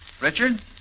Richard